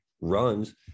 runs